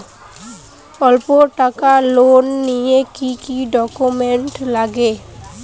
অল্প টাকার লোন নিলে কি কি ডকুমেন্ট লাগে?